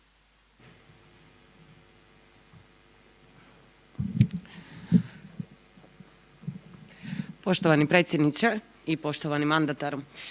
Poštovani g. predsjedniče, poštovani g. mandataru,